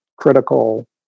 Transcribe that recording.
critical